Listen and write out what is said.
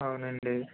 అవునండి